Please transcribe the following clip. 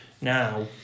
Now